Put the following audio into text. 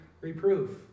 reproof